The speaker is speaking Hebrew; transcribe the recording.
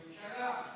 בממשלה.